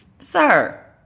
Sir